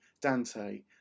dante